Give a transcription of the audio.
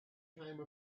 came